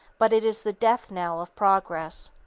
but it is the death-knell of progress.